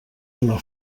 una